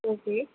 okay